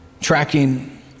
tracking